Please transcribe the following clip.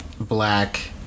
black